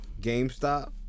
GameStop